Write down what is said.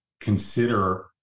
Consider